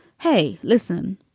hey, listen,